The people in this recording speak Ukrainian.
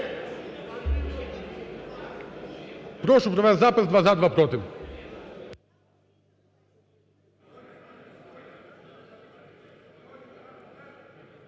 Прошу провести запис: два – за, два – проти.